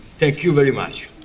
thank you very much.